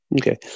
Okay